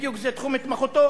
בדיוק זה תחום התמחותו.